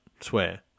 Swear